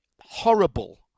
horrible